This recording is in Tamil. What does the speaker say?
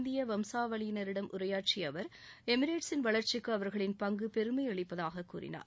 பின்னர் அங்குள்ள இந்திய வம்சாவாளியினரிடம் உரையாற்றிய அவர் எமிரேட்ஸின் வளர்ச்சிக்கு அவர்களின் பங்கு பெருமையளிப்பதாக கூறினார்